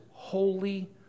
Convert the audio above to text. Holy